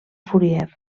fourier